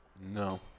No